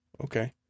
Okay